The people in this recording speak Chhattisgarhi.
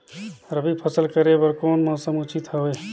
रबी फसल करे बर कोन मौसम उचित हवे?